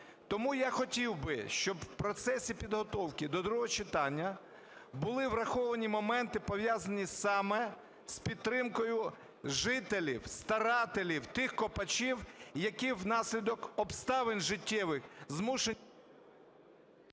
Тому я хотів би, щоб у процесі підготовки до другого читання були враховані моменти, пов'язані саме з підтримкою жителів, старателів, тих копачів, які внаслідок обставин життєвих…